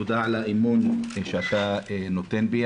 תודה על האמון שאתה נותן לי.